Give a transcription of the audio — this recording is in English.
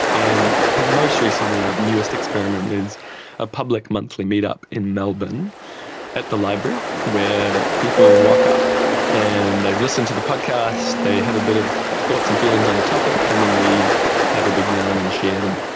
and most recently our newest experiment is a public monthly meet-up in melbourne at the library where people rock up and they listen to the podcast, they have a bit of thoughts and feelings on the topic, and then we have a big yarn and share them.